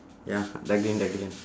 ya dark green dark green